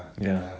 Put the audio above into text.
ya